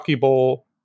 bowl